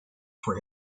for